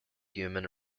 human